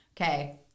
okay